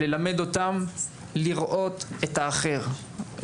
ללמד אותם לראות את האחר.